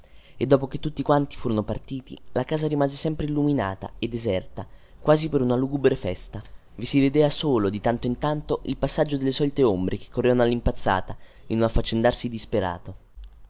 e dopo che tutti quanti furono partiti la casa rimase sempre illuminata e deserta quasi per una lugubre festa vi si vedeva solo di tanto in tanto il passaggio delle solite ombre che correvano allimpazzata in un affaccendarsi disperato